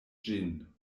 ĝin